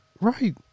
Right